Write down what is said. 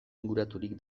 inguraturik